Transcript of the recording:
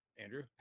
Andrew